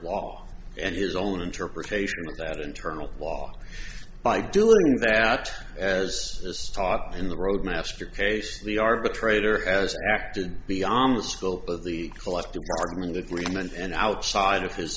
law and his own interpretation of that internal law by doing that as this taught in the roadmaster case the arbitrator as acted beyond the scope of the collective bargaining agreement and outside